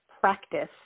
practice